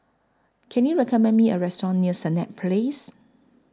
Can YOU recommend Me A Restaurant near Senett Place